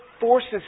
forces